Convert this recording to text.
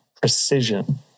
precision